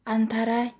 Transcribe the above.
Antara